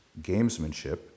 gamesmanship